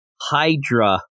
Hydra